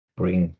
bring